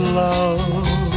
love